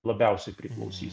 labiausiai priklausys